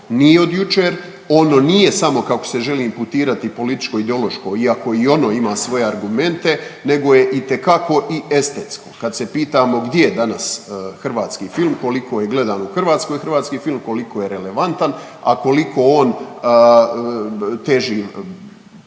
nije od jučer. Ono nije samo kako se želi imputirati političko-ideološko iako i ono ima svoje argumente nego je itekako i estetsko. Kad se pitamo gdje je danas hrvatski film, koliko je gledan u Hrvatskoj hrvatski film, koliko je relevantan, a koliko on teži,